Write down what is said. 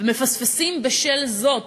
ומפספסים בשל זאת